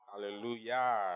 Hallelujah